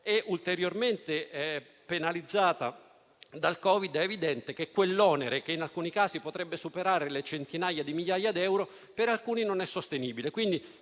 e ulteriormente penalizzata dal Covid, è chiaro che quell'onere, che in alcuni casi potrebbe superare le centinaia di migliaia di euro, per alcuni non è sostenibile.